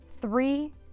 Three